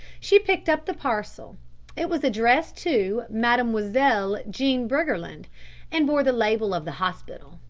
she picked up the parcel it was addressed to mademoiselle jean briggerland and bore the label of the hospital.